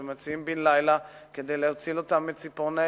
הם מוצאים בן-לילה כדי להציל אותם מציפורני